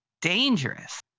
dangerous